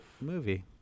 movie